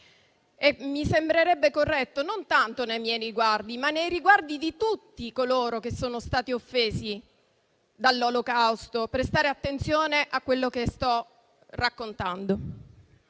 e mi sembrerebbe corretto non tanto nei miei riguardi, ma nei riguardi di tutti coloro che sono stati offesi dall'Olocausto prestare attenzione a quello che sto raccontando.